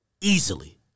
easily